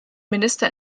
minister